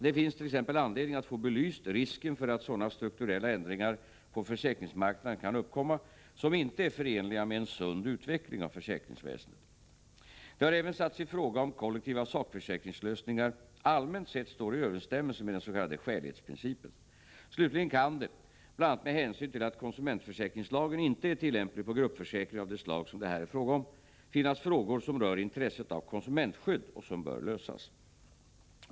Det finns t.ex. anledning att få belyst risken för att sådana strukturella ändringar på försäkringsmarknaden kan uppkomma som inte är förenliga med en sund utveckling av försäkringsväsendet. Det har även satts i fråga om kollektiva sakförsäkringslösningar allmänt sett står i överensstämmelse med den s.k. skälighetsprincipen. Slutligen kan det — bl.a. med hänsyn till att konsumentförsäkringslagen inte är tillämplig på gruppförsäkringar av det slag som det här är fråga om — finnas frågor som rör intresset av konsumentskydd och som bör lösas.